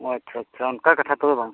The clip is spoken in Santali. ᱟᱪᱪᱷᱟ ᱟᱪᱪᱷᱟ ᱚᱱᱠᱟ ᱠᱟᱛᱷᱟ ᱛᱚᱵᱮ ᱵᱟᱝ